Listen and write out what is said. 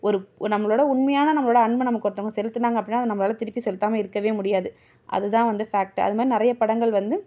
ஒரு நம்மளோட உண்மையான நம்மளோடய அன்பை நமக்கு ஒருத்தவங்க செலுத்துனாங்க அப்படின்னா அதை நம்மளால் திருப்பி செலுத்தாமல் இருக்கவே முடியாது அது தான் வந்து ஃபேக்ட்டு அது மாதிரி நிறைய படங்கள் வந்து